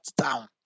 down